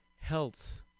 health